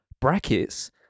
Brackets